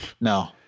No